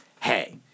hey